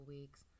weeks